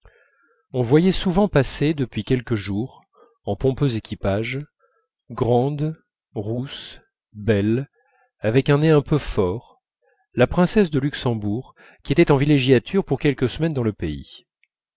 on voyait souvent passer depuis quelques jours en pompeux équipage grande rousse belle avec un nez un peu fort la princesse de luxembourg qui était en villégiature pour quelques semaines dans le pays